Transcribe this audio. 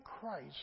Christ